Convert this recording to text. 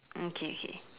okay K